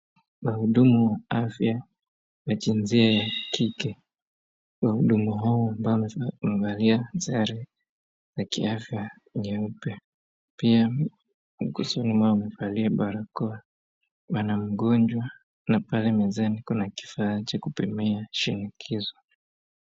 Wahudumu wa afya wa jinsia ya kike. Wahudumu hawa wa afya ambao wamevaa sare ya kiafya nyeupe pia wamevalia barakoa wana mgonjwa na pale mezani kuna kifaa ya kupimia shinikizo.